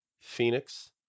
phoenix